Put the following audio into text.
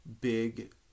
big